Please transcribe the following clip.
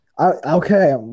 okay